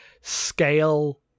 scale